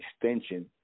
extension